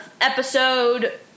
episode